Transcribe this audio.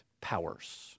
powers